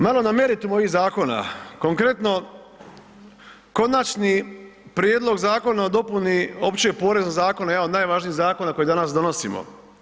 Malo na meritum ovih zakona, konkretno Konačni prijedlog Zakona o dopuni Opće poreznog zakona, jedan od najvažnijih zakona koji danas donosimo.